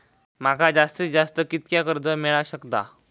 माका जास्तीत जास्त कितक्या कर्ज मेलाक शकता?